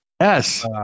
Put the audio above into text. Yes